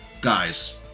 Guys